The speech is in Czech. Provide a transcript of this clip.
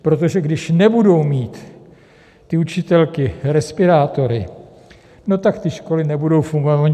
Protože když nebudou mít ty učitelky respirátory, tak školy nebudou fungovat.